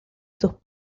sus